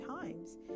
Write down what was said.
times